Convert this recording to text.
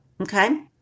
okay